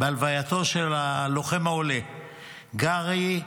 בהלווייתו של הלוחם העולה גרי,